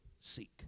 seek